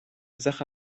sache